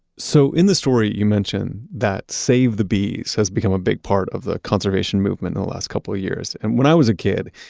so in the story, you mentioned that save the bees has become a big part of the conservation movement in the last couple of years. and when i was a kid,